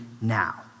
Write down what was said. now